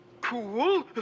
cool